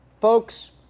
Folks